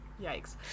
Yikes